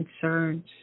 concerns